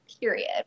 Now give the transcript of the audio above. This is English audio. period